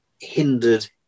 hindered